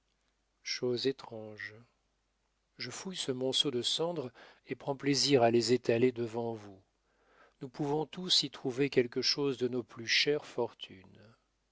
chose étrange je fouille ce monceau de cendres et prends plaisir à les étaler devant vous nous pouvons tous y trouver quelque chose de nos plus chères fortunes